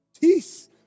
Peace